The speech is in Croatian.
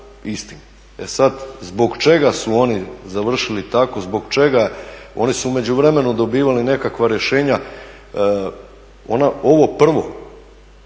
E sada zbog čega su oni završili tako? Oni su u međuvremenu dobivali nekakva rješenja ovo prvo